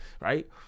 right